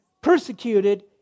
persecuted